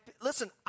listen